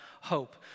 hope